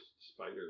spider